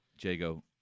Jago